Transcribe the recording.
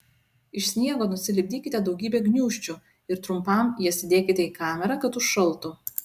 iš sniego nusilipdykite daugybę gniūžčių ir trumpam jas įdėkite į kamerą kad užšaltų